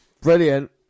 Brilliant